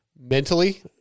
mentally